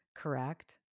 Correct